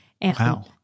Wow